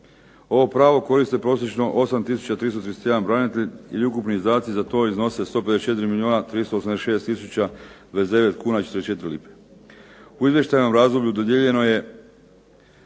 Ovo pravo koriste prosječno 8331 branitelj ili ukupni izdaci za to iznose 154 milijuna 386 tisuća 29 kuna i 44 lipe. U izvještajnom razdoblju dodijeljeno je